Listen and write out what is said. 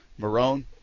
Marone